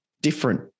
different